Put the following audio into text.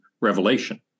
Revelation